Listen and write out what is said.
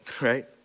right